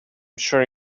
sure